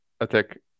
attack